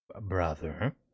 brother